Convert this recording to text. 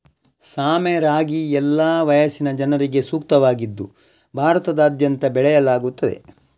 ಸಾಮೆ ರಾಗಿ ಎಲ್ಲಾ ವಯಸ್ಸಿನ ಜನರಿಗೆ ಸೂಕ್ತವಾಗಿದ್ದು ಭಾರತದಾದ್ಯಂತ ಬೆಳೆಯಲಾಗ್ತಿದೆ